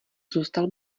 zůstal